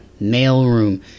mailroom